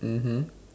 mmhmm